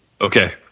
Okay